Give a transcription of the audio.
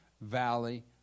valley